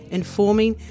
informing